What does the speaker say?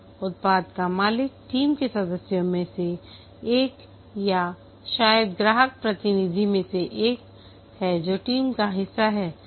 उत्पाद का मालिक टीम के सदस्यों में से एक या शायद ग्राहक प्रतिनिधि में से एक है जो टीम का हिस्सा है